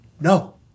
No